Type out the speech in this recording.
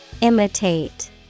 Imitate